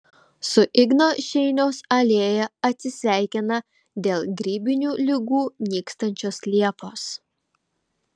su igno šeiniaus alėja atsisveikina dėl grybinių ligų nykstančios liepos